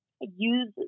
use